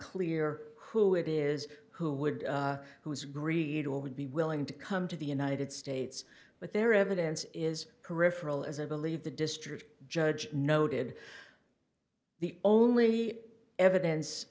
clear who it is who would who is greed or would be willing to come to the united states but their evidence is peripheral as i believe the district judge noted the only evidence